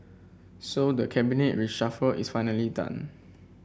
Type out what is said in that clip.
so the Cabinet reshuffle is finally done